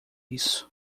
isso